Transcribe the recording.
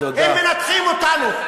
הם מנתחים אותנו,